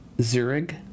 Zurich